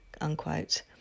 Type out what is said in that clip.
unquote